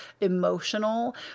emotional